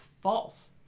false